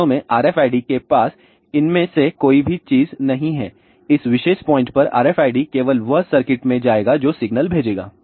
वास्तव में RFID के पास इनमें से कोई भी चीज़ नहीं है इस विशेष पॉइंट पर RFID केवल वह सर्किट में जाएगा जो सिग्नल भेजेगा